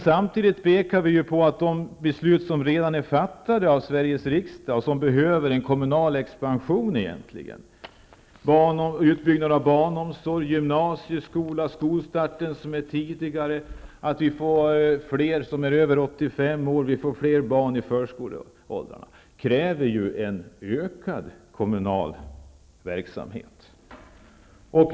Samtidigt pekar man på de beslut som redan är fattade av Sveriges riksdag, och som egentligen kräver en kommunal expansion -- utbyggnad av barnomsorg och gymnasieskolan samt tidigare skolstart. Det blir fler som är över 85 år gamla, och vi får fler barn i föreskoleåldrarna. Det kräver en ökad kommunal verksamhet.